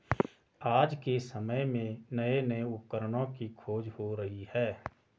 आज के समय में नये नये उपकरणों की खोज हो रही है